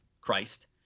christ